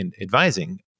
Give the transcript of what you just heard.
advising